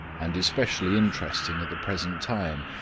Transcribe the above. and is specially interesting at the present time,